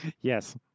Yes